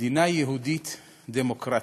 כמדינה יהודית דמוקרטית.